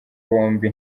bombi